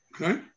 Okay